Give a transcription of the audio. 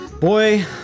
Boy